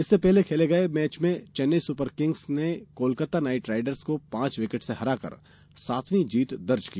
इससे पहले खेले गए मैच में चेन्नई सुपर किंग्स ने कोलकाता नाइट राइडर्स को पांच विकेट से हराकर सातवीं जीत दर्ज की